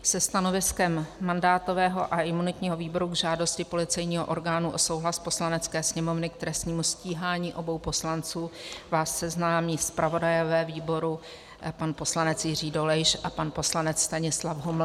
Se stanoviskem mandátového a imunitního výboru k žádosti policejního orgánu o souhlas Poslanecké sněmovny k trestnímu stíhání obou poslanců vás seznámí zpravodajové výboru pan poslanec Jiří Dolejš a pan poslanec Stanislav Huml.